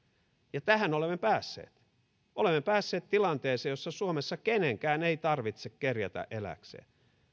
ja tähän olemme päässeet olemme päässeet tilanteeseen jossa suomessa kenenkään ei tarvitse kerjätä elääkseen